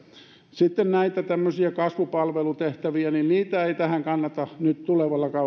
näitä tämmöisiä kasvupalvelutehtäviä ei tähän kannata nyt tulevalla kaudella